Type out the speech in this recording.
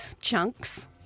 chunks